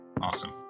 Awesome